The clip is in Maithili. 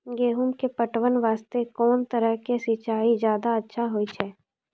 गेहूँ के पटवन वास्ते कोंन तरह के सिंचाई ज्यादा अच्छा होय छै?